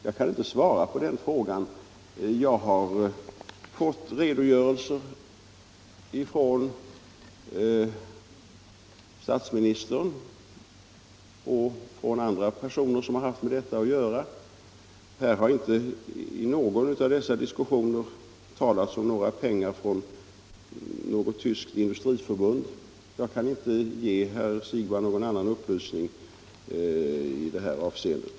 Jag kan inte svara på den frågan, herr Siegbahn. Jag har fått redogörelser från statsministern och från andra personer som haft med detta att göra, och det har inte i något av dessa sammanhang talats om pengar från något tyskt industriförbund. Jag kan inte ge herr Siegbahn någon annan upplysning i det här avseendet.